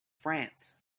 france